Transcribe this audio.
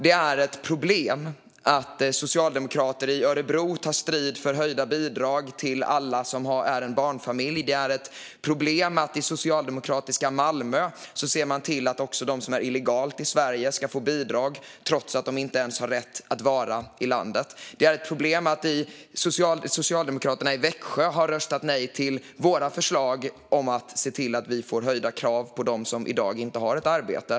Det är ett problem att socialdemokrater i Örebro tar strid för höjda bidrag till alla barnfamiljer. Där är ett problem att man i socialdemokratiska Malmö ser till att också de som är illegalt i Sverige ska få bidrag, trots att de inte ens har rätt att vara i landet. Det är ett problem att socialdemokraterna i Växjö har röstat nej till våra förslag om att se till att vi får höjda krav på dem som i dag inte har ett arbete.